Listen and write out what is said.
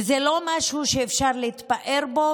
וזה לא משהו שאפשר להתפאר בו,